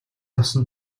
авсан